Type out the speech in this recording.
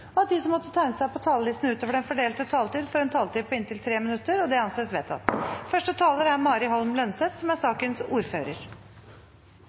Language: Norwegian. og at de som måtte tegne seg på talerlisten utover den fordelte taletid, får en taletid på inntil 3 minutter. – Det anses vedtatt. I dag behandler vi fire representantforslag som